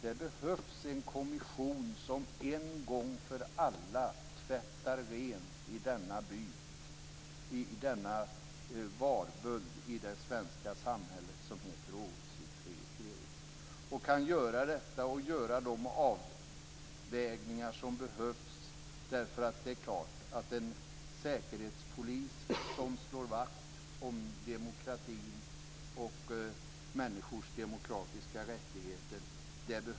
Det behövs en kommission som en gång för alla tvättar rent i denna varböld i det svenska samhället som åsiktsregistrering. Den kan göra de avvägningar som behövs. Det är klart att det behövs en säkerhetspolis som slår vakt om demokratin och människors demokratiska rättigheter.